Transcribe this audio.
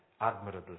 admirable